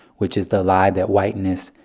which is the lie that whiteness,